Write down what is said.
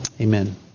Amen